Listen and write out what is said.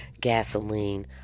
gasoline